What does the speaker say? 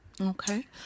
okay